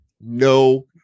No